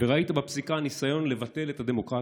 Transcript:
וראית בפסיקה ניסיון לבטל את הדמוקרטיה.